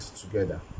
together